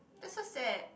that's so sad